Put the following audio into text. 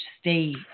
state